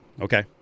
Okay